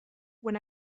when